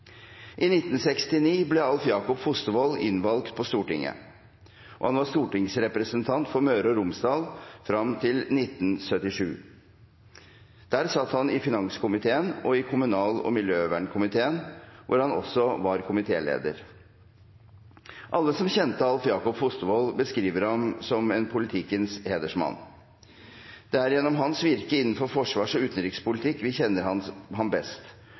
I 1969 ble Alv Jakob Fostervoll innvalgt på Stortinget. Han var stortingsrepresentant for Møre og Romsdal frem til 1977. På Stortinget satt han i finanskomiteen og i kommunal- og miljøvernkomiteen, hvor han også var komitéleder. Alle som kjente Alv Jakob Fostervoll, beskriver ham som en politikkens hedersmann. Det er gjennom hans virke innenfor forsvars- og utenrikspolitikk vi kjenner ham best,